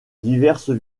diverses